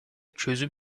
çözüm